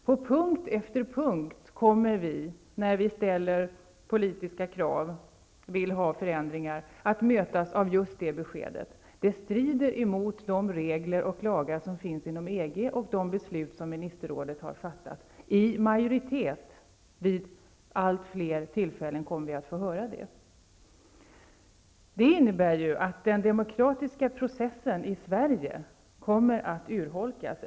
På punkt efter punkt kommer vi, när vi ställer politiska krav och vill ha förändringar, att mötas av just det beskedet: Det strider emot de regler och lagar som finns inom EG och de beslut en majoritet i ministerrådet har fattat. Vid allt fler tillfällen kommer vi att få höra det. Det innebär att den demokratiska processen i Sverige kommer att urholkas.